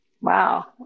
Wow